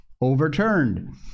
overturned